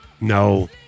No